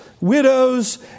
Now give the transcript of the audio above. widows